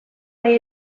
bai